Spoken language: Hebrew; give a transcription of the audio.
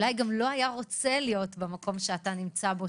אולי גם לא היה רוצה להיות במקום שאתה נמצא בו,